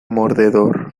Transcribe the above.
mordedor